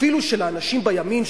אפילו של האנשים בימין,